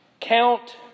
Count